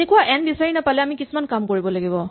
এনেকুৱা এন বিচাৰি নাপালে আমি কিছুমান কাম কৰিব লাগিব